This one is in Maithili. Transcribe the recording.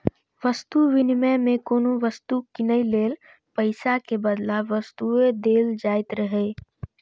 वस्तु विनिमय मे कोनो वस्तु कीनै लेल पैसा के बदला वस्तुए देल जाइत रहै